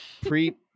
pre